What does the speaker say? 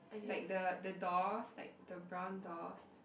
like the the doors like the brown doors